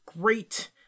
great